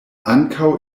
ankaŭ